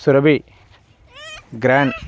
Surabhi grand